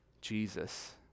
Jesus